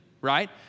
right